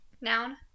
noun